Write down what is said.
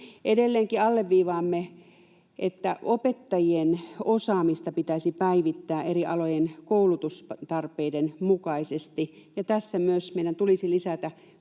Edelleenkin alleviivaamme, että opettajien osaamista pitäisi päivittää eri alojen koulutustarpeiden mukaisesti, ja myös tässä meidän tulisi lisätä